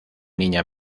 niña